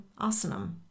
Asanam